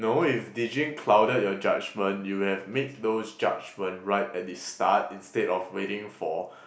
no if De-Jing clouded your judgement you would have made those judgement right at the start instead of waiting for